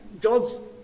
God's